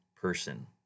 person